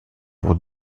pour